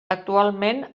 actualment